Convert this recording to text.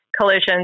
collisions